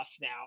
now